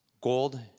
gold